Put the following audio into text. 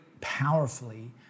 powerfully